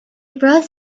brought